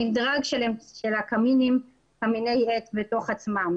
המִדרג של קמיני עץ בתוך עצמם,